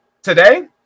Today